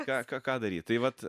ką ką ką daryt tai vat